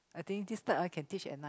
I think this type one can teach at night